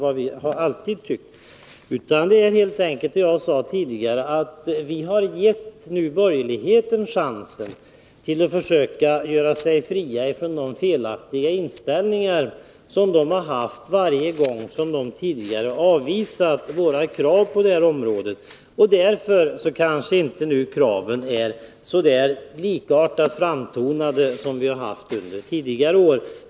Vi har, som jag sade tidigare, givit borgerligheten chansen att göra sig fri från de felaktiga inställningar som den har haft tidigare, då de borgerliga varje gång har avvisat våra krav på detta område. Därför kanske våra förslag inte är precis likadant framtonade som under tidigare år.